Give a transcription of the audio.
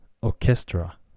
orchestra